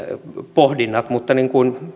pohdinnat mutta niin kuin